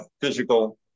physical